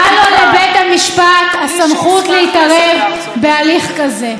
אין לו לבית המשפט הסמכות להתערב בהליך כזה.